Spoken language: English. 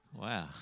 Wow